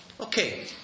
Okay